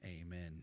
Amen